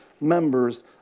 members